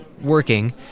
working